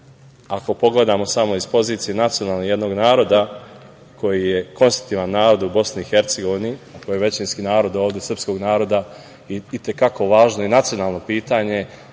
ako pogledamo samo iz pozicije nacionalne jednog naroda koji je konstitutivan narod u Bosni i Hercegovini, koji je većinski narod ovde, srpskog naroda, i te kako važno i nacionalno pitanje. Zato,